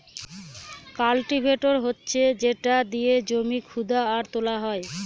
cultivator হচ্ছে যেটা দিয়ে জমি খুদা আর তোলা হয়